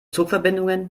zugverbindungen